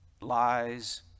lies